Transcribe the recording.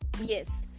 yes